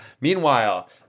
meanwhile